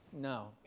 No